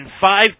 five